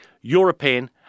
european